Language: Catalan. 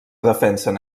defensen